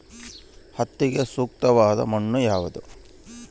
ಹತ್ತಿಗೆ ಸೂಕ್ತವಾದ ಮಣ್ಣು ಯಾವುದು?